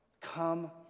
come